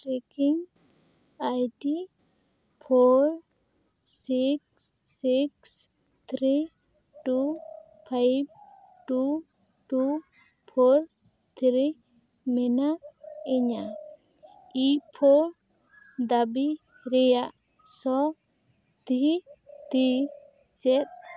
trekking ID four six six three two five two two four three ᱢᱮᱱᱟᱜ ᱤᱧᱟ ᱤ ᱯᱷᱚ ᱫᱟᱵᱤ ᱨᱮᱭᱟᱜ ᱥᱚ ᱛᱷᱤ ᱛᱤ ᱪᱮᱫ